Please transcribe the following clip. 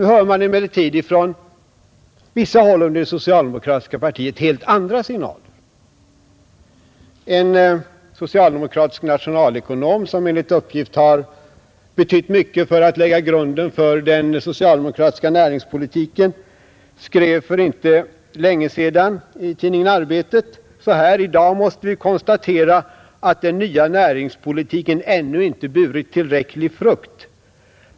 Nu har man emellertid från vissa håll inom det den statliga företagsocialdemokratiska partiet fått höra helt andra signaler. En socialdemosamheten kratisk nationalekonom som enligt uppgift har betytt mycket när det gällt att lägga grunden för den socialdemokratiska näringspolitiken skrev för inte länge sedan i tidningen Arbetet: ”I dag måste vi konstatera att den nya näringspolitiken ännu inte burit tillräcklig frukt.